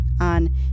on